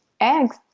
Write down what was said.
Eggs